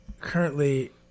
currently